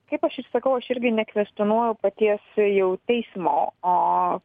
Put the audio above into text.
kaip aš ir sakau aš irgi nekvestionuoju paties jau teismo o